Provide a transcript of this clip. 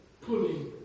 pulling